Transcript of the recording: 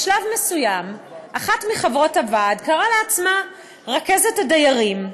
בשלב מסוים אחת מחברות הוועד קראה לעצמה "רכזת הדיירים"